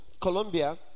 Colombia